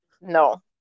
No